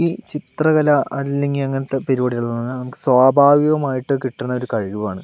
ഈ ചിത്രകല അല്ലെങ്കിൽ അങ്ങനത്തെ പരിപാടികളെന്ന് പറഞ്ഞാൽ നമുക്ക് സ്വാഭാവികമായിട്ട് കിട്ടുന്ന ഒരു കഴിവാണ്